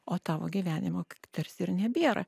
o tavo gyvenimo tarsi ir nebėra